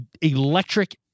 electric